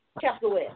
capital